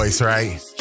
Right